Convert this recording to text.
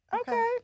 Okay